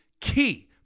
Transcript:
key